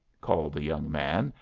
called the young man,